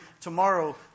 tomorrow